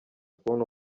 kubona